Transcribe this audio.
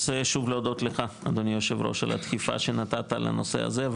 אני רוצה שוב להודות לך אדוני היושב ראש על הדחיפה שנתת לנושא הזה,